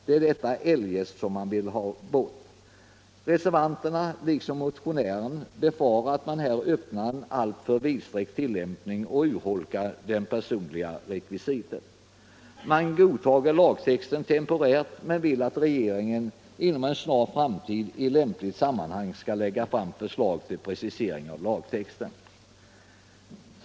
Det är ordet eljest som man vill ha bort. Reservanterna och motionären befarar att man här öppnar för en alltför vidsträckt tillämpning och urholkar det personliga rekvisitet. Man godtar lagtexten temporärt men vill att regeringen inom en snar framtid i lämpligt sammanhang skall lägga fram förslag till precisering av lagtexten.